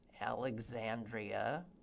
Alexandria